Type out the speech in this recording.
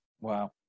Wow